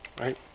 right